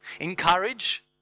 Encourage